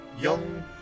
young